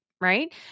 right